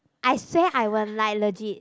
I say I will like legit